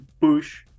push